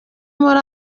muri